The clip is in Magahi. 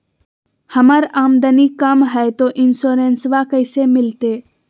हमर आमदनी कम हय, तो इंसोरेंसबा कैसे मिलते?